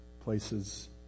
places